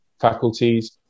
faculties